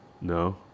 No